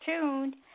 tuned